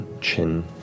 chin